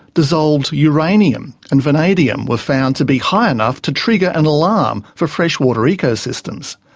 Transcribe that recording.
dissolved uranium and vanadium were found to be high enough to trigger an alarm for freshwater ecosystems.